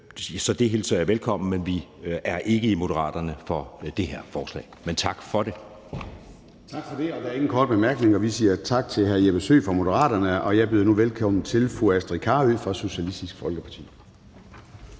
så det hilser jeg velkommen, men vi er i Moderaterne ikke for det her forslag. Men tak for det. Kl. 10:52 Formanden (Søren Gade): Tak for det, og der er ingen korte bemærkninger. Vi siger tak til hr. Jeppe Søe fra Moderaterne, og jeg byder nu velkommen til fru Astrid Carøe fra Socialistisk Folkeparti.